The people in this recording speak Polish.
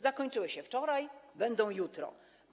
Zakończyły się wczoraj, będą jutro.